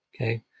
Okay